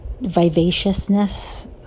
vivaciousness